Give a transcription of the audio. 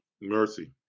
Mercy